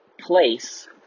place